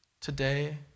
today